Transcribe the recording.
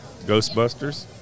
Ghostbusters